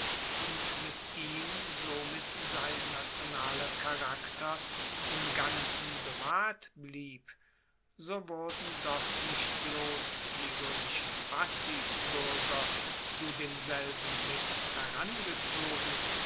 und ihm somit sein nationaler charakter im ganzen bewahrt blieb so wurden doch nicht bloss die roemischen passivbuerger zu demselben mit herangezogen